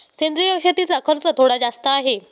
सेंद्रिय शेतीचा खर्च थोडा जास्त आहे